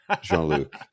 Jean-Luc